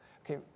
Okay